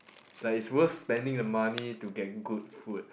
like is worth spending the money to get good food